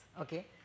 okay